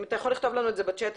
אתה יכול לכתוב לנו את זה בצ'ט,